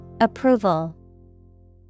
Approval